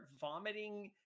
vomiting